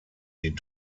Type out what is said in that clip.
die